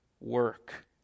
work